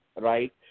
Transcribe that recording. Right